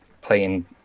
playing